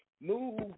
Move